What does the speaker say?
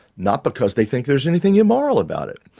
not because they think there is anything immoral about it.